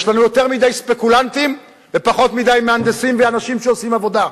יש לנו יותר מדי ספקולנטים ופחות מדי מהנדסים ואנשים שעושים עבודה.